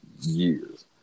years